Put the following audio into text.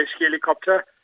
Helicopter